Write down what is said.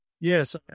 Yes